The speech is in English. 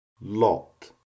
lot